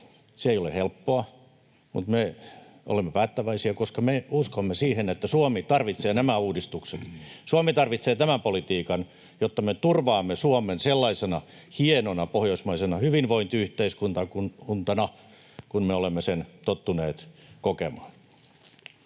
Se ei ole helppoa, mutta me olemme päättäväisiä, koska me uskomme siihen, että Suomi tarvitsee nämä uudistukset. Suomi tarvitsee tämän politiikan, jotta me turvaamme Suomen sellaisena hienona pohjoismaisena hyvinvointiyhteiskuntana kuin me olemme sen tottuneet kokemaan.